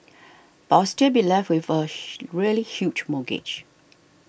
but I would still be left with a really huge mortgage